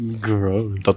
Gross